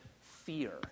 fear